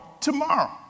tomorrow